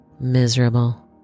miserable